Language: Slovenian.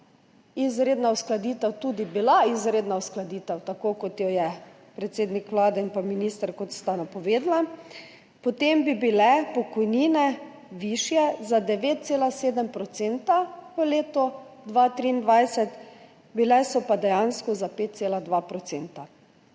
izredna uskladitev tudi izredna uskladitev, kot sta jo predsednik Vlade in minister napovedala, potem bi bile pokojnine višje za 9,7 % letu 2023, bile so pa dejansko za 5,2 %.